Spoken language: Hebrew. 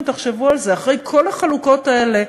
תחשבו על זה: אחרי כל החלוקות האלה,